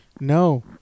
No